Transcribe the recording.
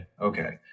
Okay